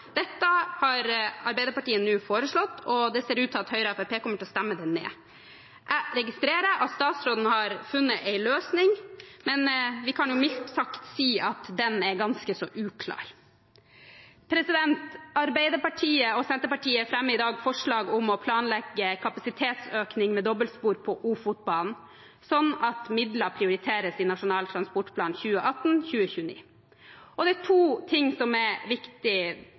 Dette har Arbeiderpartiet nå foreslått, og det ser ut til at Høyre og Fremskrittspartiet kommer til å stemme det ned. Jeg registrerer at statsråden har funnet en løsning, men vi kan mildt sagt si at den er ganske så uklar. Arbeiderpartiet og Senterpartiet fremmer i dag forslag om å planlegge kapasitetsøkning med dobbeltspor på Ofotbanen, sånn at midler prioriteres i Nasjonal transportplan 2018–2029. Det er to ting som er viktig